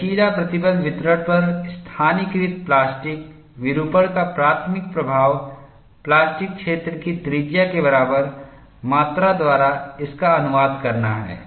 लचीला प्रतिबल वितरण पर स्थानीयकृत प्लास्टिक विरूपण का प्राथमिक प्रभाव प्लास्टिक क्षेत्र के त्रिज्या के बराबर मात्रा द्वारा इसका अनुवाद करना है